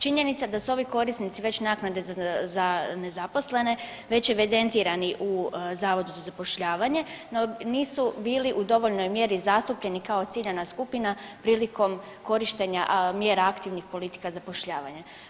Činjenica da su ovi korisnici već naknade za nezaposlene već evidentirani u Zavodu za zapošljavanje, no nisu bili u dovoljnoj mjeri zastupljeni kao ciljana skupina prilikom korištenja mjera aktivnih politika zapošljavanja.